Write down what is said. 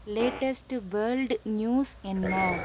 latest world news என்ன